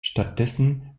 stattdessen